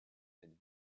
cette